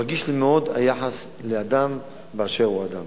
אני רגיש מאוד ליחס לאדם באשר הוא אדם.